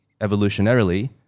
evolutionarily